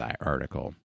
article